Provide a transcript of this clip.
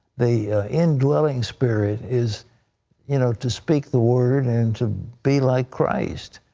the in-dwelling spirit is you know to speak the word and to be like christ.